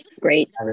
great